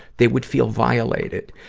they would feel violated.